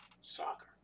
soccer